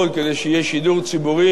כדי שיהיה שידור ציבורי,